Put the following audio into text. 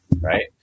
right